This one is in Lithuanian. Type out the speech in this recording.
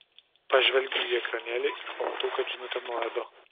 pažvelgiu į ekranėlį ir pamatau kad žinutė nuo edo